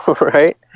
Right